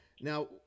now